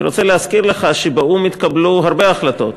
אני רוצה להזכיר לך שבאו"ם התקבלו הרבה החלטות.